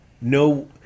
No